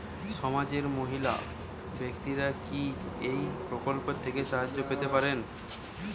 সমাজের মহিলা ব্যাক্তিরা কি এই প্রকল্প থেকে সাহায্য পেতে পারেন?